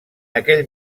aquell